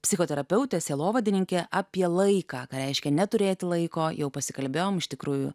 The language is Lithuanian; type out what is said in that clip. psichoterapeutė sielovadininkė apie laiką ką reiškia neturėti laiko jau pasikalbėjom iš tikrųjų